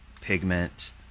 pigment